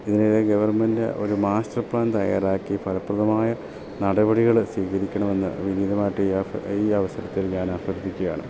ഇതിനെതിരെ ഗെവർമെൻ്റ് ഒരു master plan തയ്യാറാക്കി ഫലപ്രദമായ നടപടികൾ സ്വീകരിക്കണം എന്ന് വിനീതമായിട്ട് ഈ അവസരത്തിൽ ഞാൻ അഭ്യർത്ഥിക്കുക ആണ്